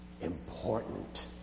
Important